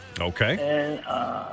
Okay